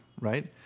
right